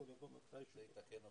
יכול לבוא מתי שהוא רוצה.